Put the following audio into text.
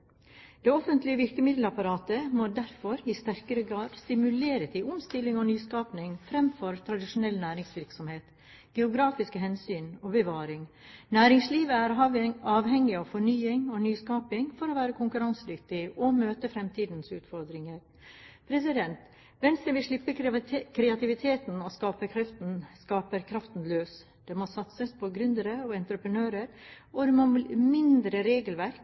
Det offentlige virkemiddelapparatet må derfor i sterkere grad stimulere til omstilling og nyskaping fremfor tradisjonell næringsvirksomhet, geografiske hensyn og bevaring. Næringslivet er avhengig av fornying og nyskaping for å være konkurransedyktig og møte fremtidens utfordringer. Venstre vil slippe kreativiteten og skaperkraften løs. Det må satses på gründere og entreprenører, og det må være mindre regelverk